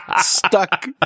stuck